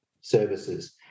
services